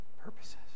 purposes